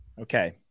Okay